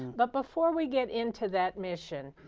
but before we get into that mission,